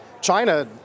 China